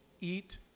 eat